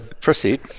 proceed